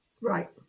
Right